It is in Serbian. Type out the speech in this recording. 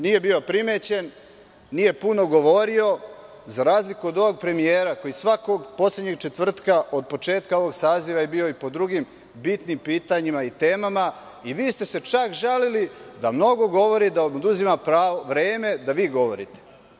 Nije bio primećen, nije puno govorio, za razliku od ovog premijera koji svakog poslednjeg četvrtka od početka ovog saziva je bio i po drugim bitnim pitanjima i temama, a vi ste se čak žalili da mnogo govori, da vam oduzima vreme da vi govorite.